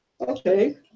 Okay